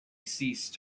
ceased